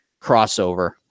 crossover